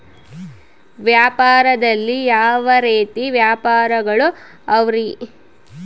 ವ್ಯಾಪಾರದಲ್ಲಿ ಯಾವ ರೇತಿ ವ್ಯಾಪಾರಗಳು ಅವರಿ?